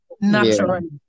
naturally